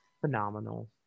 phenomenal